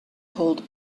hold